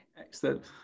Excellent